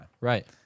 Right